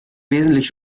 wesentlich